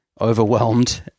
overwhelmed